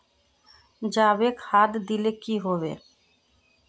जाबे खाद दिले की होबे?